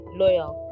loyal